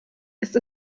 ist